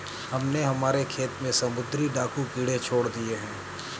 हमने हमारे खेत में समुद्री डाकू कीड़े छोड़ दिए हैं